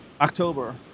October